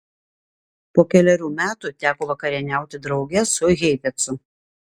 po kelerių metų teko vakarieniauti drauge su heifetzu